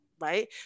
right